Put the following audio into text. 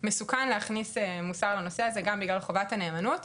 אני חושבת שמסוכן להכניס מוסר לנושא הזה גם בגלל חובת הנאמנות,